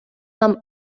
нам